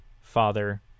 father